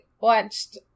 watched